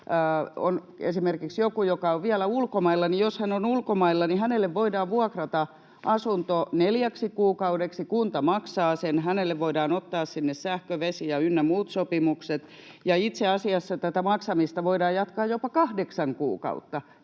on esimerkiksi joku, joka on vielä ulkomailla, niin hänelle voidaan vuokrata asunto neljäksi kuukaudeksi ja kunta maksaa sen ja hänelle voidaan ottaa sinne sähkö-, vesi- ynnä muut sopimukset. Itse asiassa tätä maksamista voidaan jatkaa jopa kahdeksan kuukautta,